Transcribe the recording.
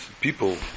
people